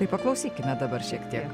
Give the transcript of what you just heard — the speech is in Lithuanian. tai paklausykime dabar šiek tiek